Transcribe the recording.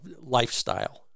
lifestyle